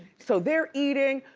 so they're eating,